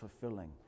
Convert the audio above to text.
fulfilling